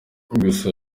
gusa